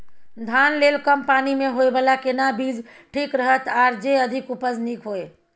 धान लेल कम पानी मे होयबला केना बीज ठीक रहत आर जे अधिक उपज नीक होय?